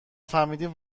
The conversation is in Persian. فهمیدیم